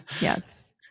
yes